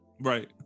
Right